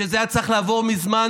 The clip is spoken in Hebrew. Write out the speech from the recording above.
שזה היה צריך לעבור מזמן,